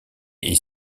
est